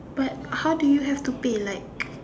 but how do you have to pay like